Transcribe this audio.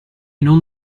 non